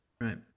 Right